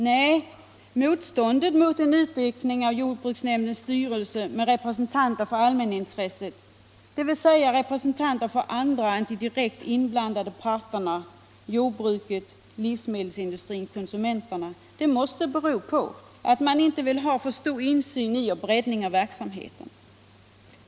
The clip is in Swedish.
Nej, motståndet mot en utökning av jordbruksnämndens styrelse med representanter för allmänintresset, dvs. representanter för andra än de direkt inblandade parterna, jordbruket, livsmedelsindustrin, konsumenterna, måste bero på att man inte vill ha för stor insyn i och breddning av verksamheten.